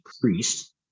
priest